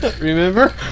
Remember